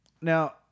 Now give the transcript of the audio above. now